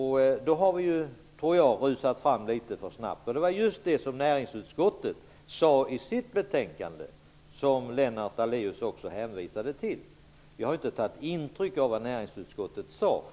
Då tror jag att vi har rusat fram litet för snabbt. Det var just det som näringsutskottet sade i sitt betänkande, som Lennart Daléus också hänvisade till. Vi har faktiskt inte tagit intryck av vad näringsutskottet sade.